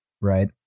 right